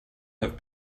have